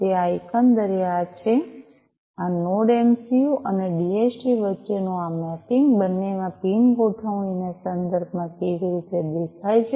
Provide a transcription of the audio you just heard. તેથી આ એકંદરે આ છે આ નોડ એમસિયું અને ડીએચટી વચ્ચેનું આ મેપિંગ બંનેમાં પિન ગોઠવણીના સંદર્ભમાં કેવી રીતે દેખાય છે